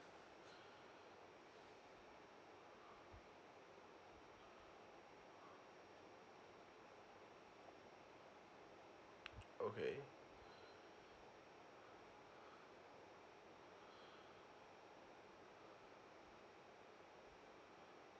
okay